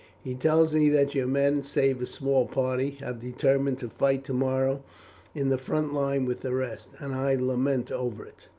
he tells me that your men, save a small party, have determined to fight tomorrow in the front line with the rest, and i lament over it.